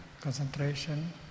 concentration